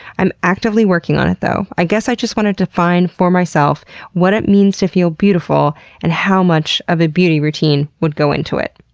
i'm actively working on it though. i guess i just wanted to find for myself what it means to feel beautiful and how much of a beauty routine would go into it.